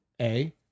A-